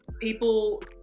people